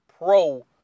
Pro